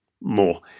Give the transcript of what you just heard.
more